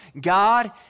God